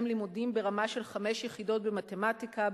לימודים ברמה של חמש יחידות במתמטיקה,